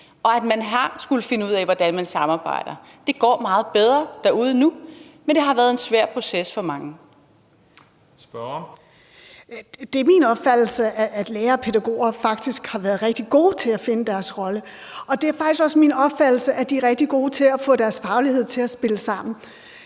og at man har skullet finde ud af, hvordan man samarbejder. Det går meget bedre derude nu, men det har været en svær proces for mange. Kl. 16:14 Tredje næstformand (Christian Juhl): Spørgeren. Kl. 16:14 Julie Skovsby (S): Det er min opfattelse, at lærere og pædagoger faktisk har været rigtig gode til at finde deres roller, og det er faktisk også min opfattelse, at de er rigtig gode til at få deres faglighed til at spille sammen.